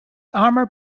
armour